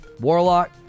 Warlock